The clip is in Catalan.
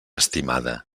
estimada